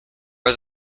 was